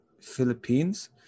Philippines